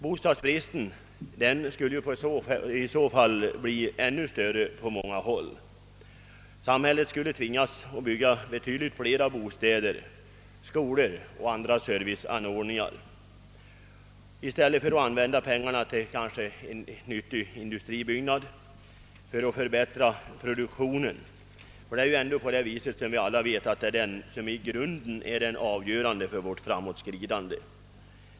Bostadsbristen skulle i så fall bli ännu större på många håll, och man skulle tvingas bygga betydligt fler bostäder, skolor och andra serviceinrättningar i stället för att använda pengarna t.ex. till en nyttig industribyggnad för att förbättra produktionen — det är ju den som är det avgörande för vårt framåtskridande.